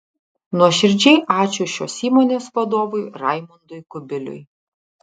nuoširdžiai ačiū šios įmonės vadovui raimundui kubiliui